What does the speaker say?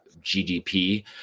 GDP